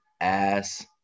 ass